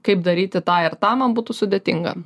kaip daryti tą ir tą man būtų sudėtinga